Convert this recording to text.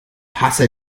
hasse